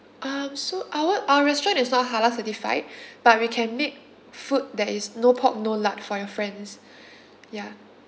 um so our our restaurant is not halal certified but we can make food that is no pork no lard for your friends ya